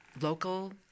local